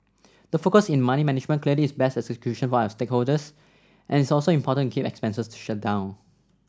the focus in money management clearly is best execution for our shareholders and it's also important to keep expenses down